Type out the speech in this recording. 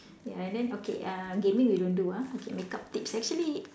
ya and then okay ah gaming we don't do ah okay makeup tips actually